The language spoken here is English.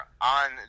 on